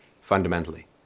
fundamentally